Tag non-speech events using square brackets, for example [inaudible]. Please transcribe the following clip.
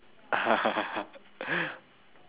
[laughs]